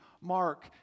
Mark